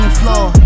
floor